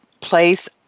place